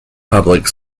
public